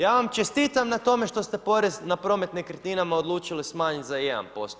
Ja vam čestitam na tome što ste porez na promet nekretninama odlučili smanjiti za 1%